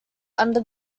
under